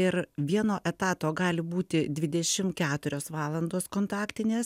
ir vieno etato gali būti dvidešimt keturios valandos kontaktinės